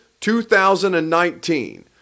2019